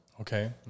Okay